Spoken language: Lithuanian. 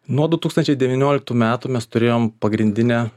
nuo du tūkstančiai devynioliktų metų mes turėjom pagrindinę